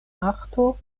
marto